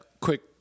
quick